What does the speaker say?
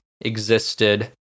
existed